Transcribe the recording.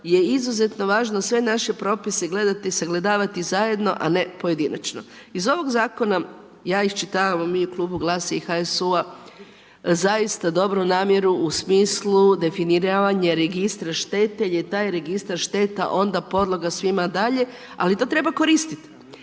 je izuzetno važno sve naše propise gledati, sagledavati zajedno, a ne pojedinačno. Iz ovog Zakona ja iščitav, mi u Klubu GLAS-a i HSU-a zaista dobru namjeru u smislu definiranja registra štete jer je taj registar šteta onda podloga svima dalje. Ali to treba koristiti.